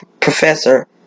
professor